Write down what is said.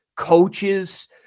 Coaches